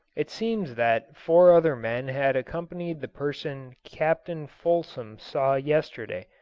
it seems that four other men had accompanied the person captain fulsom saw yesterday,